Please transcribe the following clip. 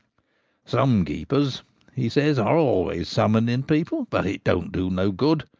some keepers he says, are always summoning people, but it don't do no good.